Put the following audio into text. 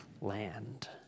land